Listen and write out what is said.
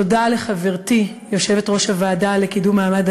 תודה לחברתי יושבת-ראש הוועדה לקידום מעמד